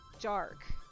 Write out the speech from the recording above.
dark